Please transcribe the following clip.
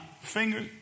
finger